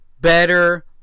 better